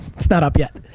it's not up yet.